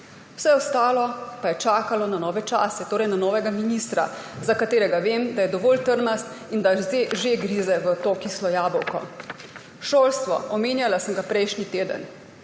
Vse ostalo pa je čakalo na nove čase, torej na novega ministra, za katerega vem, da je dovolj trmast in da že grize v to kislo jabolko. Šolstvo, omenjala sem ga prejšnji teden.